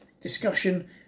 discussion